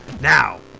Now